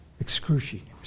Excruciating